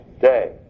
day